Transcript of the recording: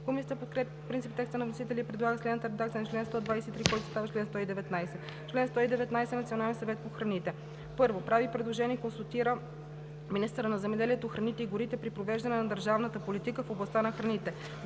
Комисията подкрепя по принцип текста на вносителя и предлага следната редакция на чл. 123, който става чл. 119: „Чл. 119. Националният съвет по храните: 1. прави предложения и консултира министъра на земеделието, храните и горите при провеждане на държавната политика в областта на храните;